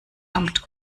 amt